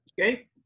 Okay